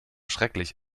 schrecklich